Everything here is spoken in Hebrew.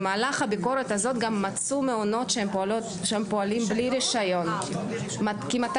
במהלך הביקורת הזאת גם מצאו מעונות שהם פועלים בלי רישיון כ-250,